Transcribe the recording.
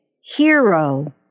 hero